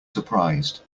surprised